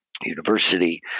university